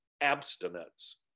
abstinence